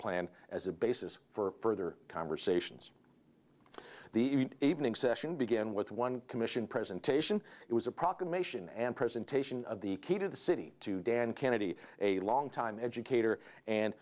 plan as a basis for other conversations the evening session began with one commission presentation it was a proclamation and presentation of the key to the city to dan kennedy a long time educator and